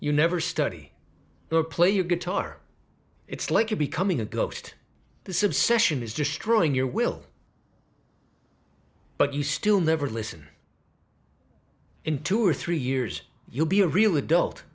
you never study or play your guitar it's like you're becoming a ghost this obsession is destroying your will but you still never listen in two or three years you'll be a real adult